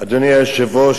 אדוני היושב-ראש,